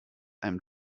einem